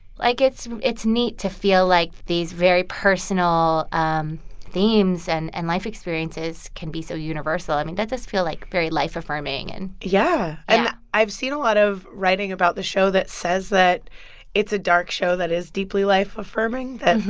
like, it's it's neat to feel, like, these very personal um themes and and life experiences can be so universal. i mean, that does feel, like, very life-affirming and. yeah yeah i've seen a lot of writing about the show that says that it's a dark show that is deeply life-affirming, that,